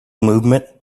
movement